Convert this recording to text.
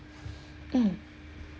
mm